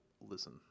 listen